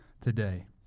today